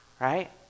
right